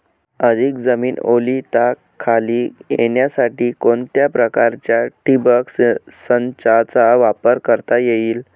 अधिक जमीन ओलिताखाली येण्यासाठी कोणत्या प्रकारच्या ठिबक संचाचा वापर करता येईल?